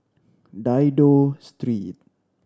Dido Street